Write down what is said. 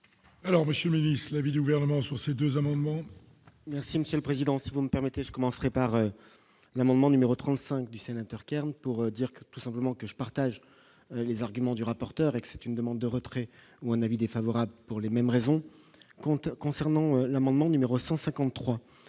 Alors monsieur Méliès l'avis du gouvernement sur ces 2 amendements. Merci monsieur le président, si vous me permettez, je commencerai par l'amendement numéro 35 du sénateur Kern, pour dire tout simplement que je partage les arguments du rapporteur et c'est une demande de retrait ou un avis défavorable pour les mêmes raisons compte concernant l'amendement numéro 153